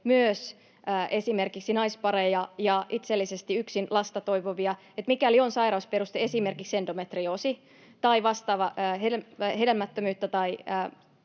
myös esimerkiksi naispareja ja itsellisesti yksin lasta toivovia: mikäli on sairausperuste, esimerkiksi endometrioosi tai vastaava hedelmättömyyttä tai